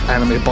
Anime